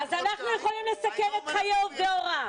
אז אנחנו יכולים לסכן את חיי עובדי ההוראה?